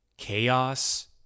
Chaos